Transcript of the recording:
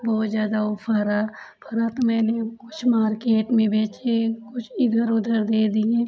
बहुत ज़्यादा ओ फरा फरा तो मैंने कुछ मार्केट में बेचे कुछ इधर उधर दे दिए